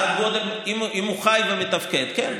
אם הוא חי ומתפקד, כן.